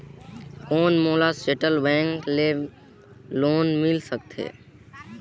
कौन मोला central bank ले लोन मिल सकथे?